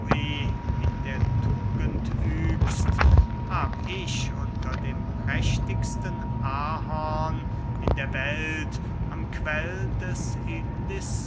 in der tugend übst hab ich unter dem prächtigsten ahorn in der welt am quell des